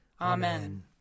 Amen